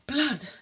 Blood